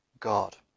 God